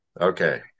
Okay